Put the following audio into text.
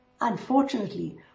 unfortunately